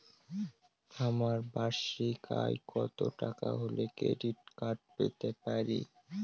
আমার বার্ষিক আয় কত টাকা হলে ক্রেডিট কার্ড পেতে পারি?